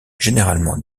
généralement